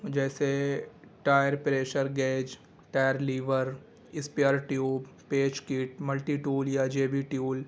جیسے tyre pressure gauge tyre lever spare tube patch kit multi tool یا J B ٹیول